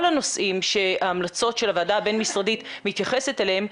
הנושאים וההמלצות של הוועדה הבין משרדית מתייחסת אליהם,